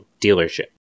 dealership